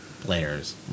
players